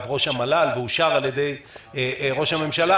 ראש המל"ל ואושר על ידי ראש הממשלה,